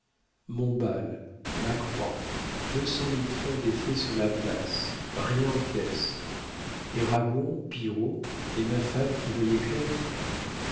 mon bal ma croix deux cent mille francs d'effets sur la place rien en caisse les ragon pillerault et ma femme qui voyait clair